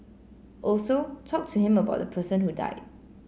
also talk to him about the person who died